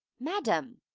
madam